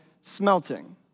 smelting